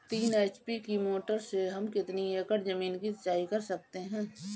तीन एच.पी की मोटर से हम कितनी एकड़ ज़मीन की सिंचाई कर सकते हैं?